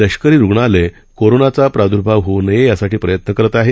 लष्करीरुग्णालयकोरोनाचाप्रादुर्भावहोऊनयेयासाठीप्रयत्नकरतआहे